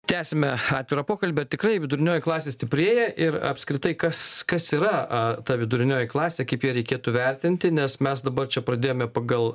tęsime atvirą pokalbį ar tikrai vidurinioji klasė stiprėja ir apskritai kas kas yra ta vidurinioji klasė kaip ją reikėtų vertinti nes mes dabar čia pradėjome pagal